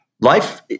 life